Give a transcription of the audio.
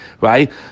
right